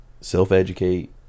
self-educate